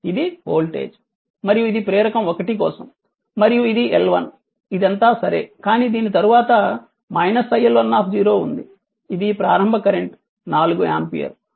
కాబట్టి ఇది వోల్టేజ్ మరియు ఇది ప్రేరకం ఒకటి కోసం మరియు ఇది L1 ఇది అంతా సరే కానీ దీని తరువాత iL1 ఉంది ఇది ప్రారంభ కరెంట్ 4 ఆంపియర్